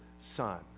Son